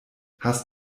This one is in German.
hast